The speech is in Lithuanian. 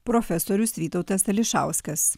profesorius vytautas ališauskas